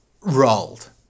Rolled